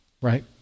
Right